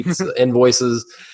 invoices